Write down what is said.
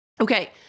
okay